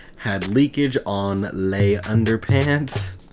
had leakage on le underpants.